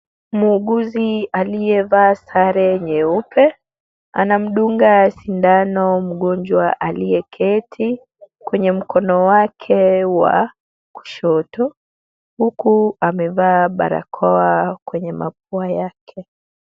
Muuguzi aliyevaa sare nyeupe anamdunga sindano mgonjwa aliyeketi kwenye mkono wake wa kushoto, huku amevaa barakoa kwenye mapua yake.